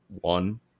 one